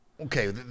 Okay